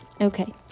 okay